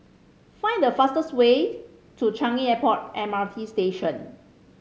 find the fastest way to Changi Airport M R T Station